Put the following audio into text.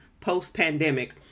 post-pandemic